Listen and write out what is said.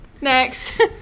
Next